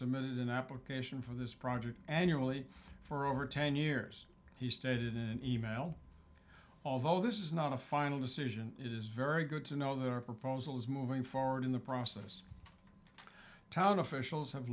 submitted an application for this project annually for over ten years he stated in an email although this is not a final decision it is very good to know that our proposal is moving forward in the process town officials have